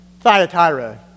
Thyatira